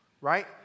right